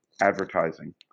advertising